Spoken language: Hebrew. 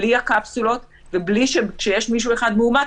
בלי הקפסולות ובלי שיש מישהו אחד מאומת,